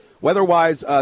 Weather-wise